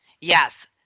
Yes